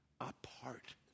apart